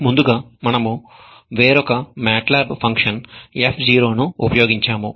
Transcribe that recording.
ముందుగా మనము వేరొక MATLAB function fzero F zero ఉపయోగించాము